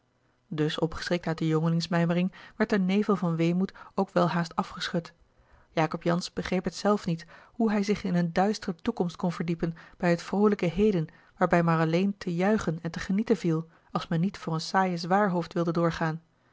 dus opgeschrikt uit de jongelingsmijmering werd de nevel van weemoed ook welhaast afgeschud jacob jansz begreep het zelf niet hoe hij zich in eene duistere toekomst kon verdiepen bij het vroolijke heden waarbij maar alleen te juichen en te genieten viel als men niet voor een saaien zwaarhoofd wilde doorgaan